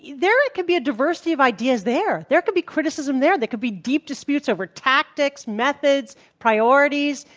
there it could be a diversity of ideas there. there could be criticism there. there could be deep disputes over tactics, methods, priorities.